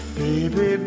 baby